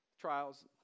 Trials